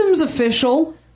official